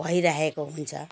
भइरहेको हुन्छ